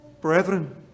Brethren